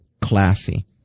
classy